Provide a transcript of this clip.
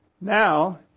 Now